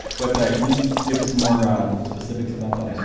but can you give some more specifics about that? i mean